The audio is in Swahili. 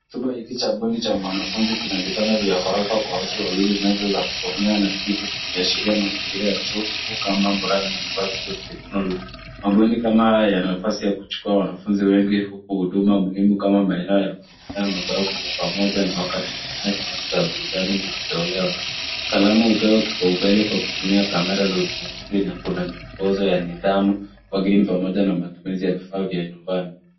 Chumba hiki cha bunicha kina mahali pa mwanafunzi, kikiwa na meza za kusomea na viti vinavyoashiria. Mabweni yametengenezwa kwa ajili ya kuchukua wanafunzi wengi, ukiwa na maenwa ya kusomea pamoja na wakati mwingine sema za burutani zinapewa. Usalama umehakikishwa kwa kuwekwa kwa kamera za usimamizi, na kuna miongozo ya nidhamu kwa wengi pamoja na matumizi ya vifaa nyumbani.